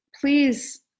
please